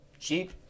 cheap